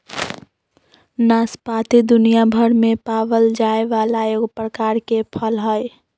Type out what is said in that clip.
नाशपाती दुनियाभर में पावल जाये वाला एगो प्रकार के फल हइ